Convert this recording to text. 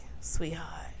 sweetheart